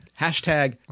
hashtag